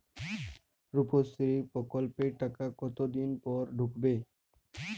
রুপশ্রী প্রকল্পের টাকা কতদিন পর ঢুকবে?